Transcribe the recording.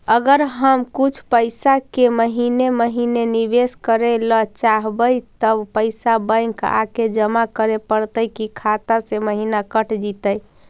अगर हम कुछ पैसा के महिने महिने निबेस करे ल चाहबइ तब पैसा बैक आके जमा करे पड़तै कि खाता से महिना कट जितै?